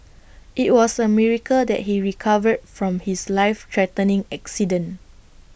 IT was A miracle that he recovered from his life threatening accident